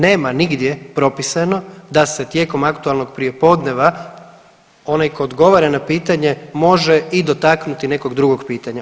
Nema nigdje propisano da se tijekom aktualnog prijepodneva onaj tko odgovara na pitanje može i dotaknuti nekog drugog pitanja.